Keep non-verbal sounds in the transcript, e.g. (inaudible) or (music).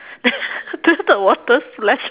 then (laughs) then the water splash